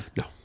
No